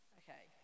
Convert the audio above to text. okay